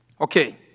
Okay